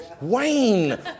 Wayne